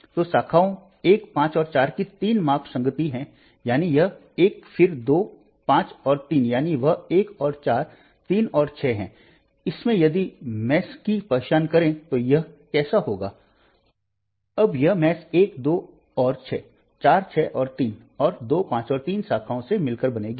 तो शाखाओं 1 5 और 4 की तीन माप संगति हैं यानी यह 1 फिर 2 5 और 3 यानी वह एक और 4 3और 6 है और इसमें यदि जालों की पहचान करें तो यह कैसा होगा हो और अब यह जाली 1 2 और 6 4 6 और 3 और 2 5 और 3 शाखाओं से मिलकर बनेगी